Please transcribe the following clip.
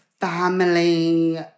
family